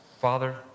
Father